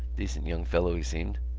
decent young fellow, he seemed.